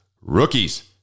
rookies